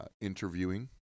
interviewing